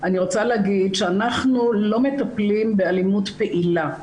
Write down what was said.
אני רוצה להגיד שאנחנו לא מטפלים באלימות פעילה.